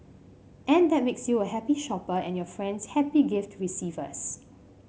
and that makes you a happy shopper and your friends happy gift receivers